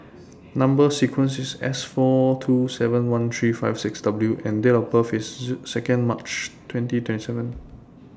Number sequence IS S four two seven one three five six W and Date of birth IS Second March twenty twenty seven